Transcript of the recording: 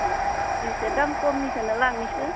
एसे दाम खमनिखोनो लांनिसै